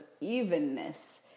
evenness